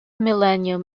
millennium